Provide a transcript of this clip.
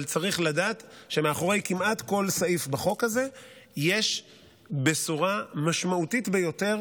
אבל צריך לדעת שמאחורי כמעט כל סעיף בחוק הזה יש בשורה משמעותית ביותר